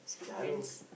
ya lor